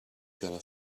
gonna